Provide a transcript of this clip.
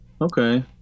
Okay